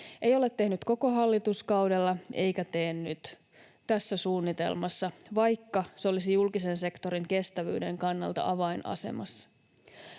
ei ole tehnyt koko hallituskaudella eikä tee nyt tässä suunnitelmassa, vaikka se olisi julkisen sektorin kestävyyden kannalta avainasemassa.